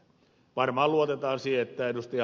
varmaan luotetaan siihen että ed